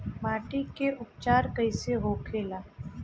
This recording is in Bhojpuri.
माटी के उपचार कैसे होखे ला?